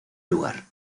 lugar